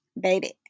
Baby